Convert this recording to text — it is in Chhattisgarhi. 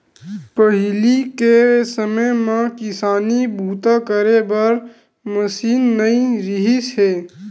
पहिली के समे म किसानी बूता करे बर मसीन नइ रिहिस हे